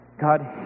God